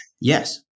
Yes